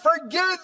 forget